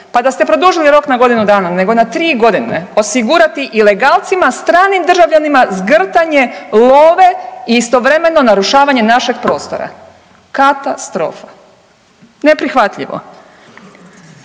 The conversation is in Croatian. pa da ste produžili rok na godinu dana, nego na 3 godine osigurati ilegalcima stranim državljanima zgrtanje love i istovremeno narušavanje našeg prostora. Katastrofa. Ne prihvatljivo.